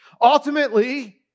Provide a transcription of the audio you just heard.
Ultimately